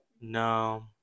no